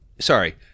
Sorry